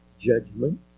judgment